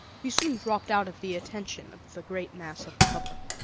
he soon dropped out of the attention of the great mass of the public.